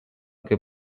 che